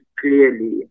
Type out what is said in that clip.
clearly